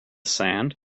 sand